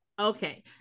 Okay